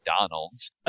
McDonald's